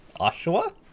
Oshawa